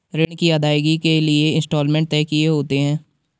ऋण की अदायगी के लिए इंस्टॉलमेंट तय किए होते हैं